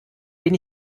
den